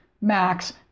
max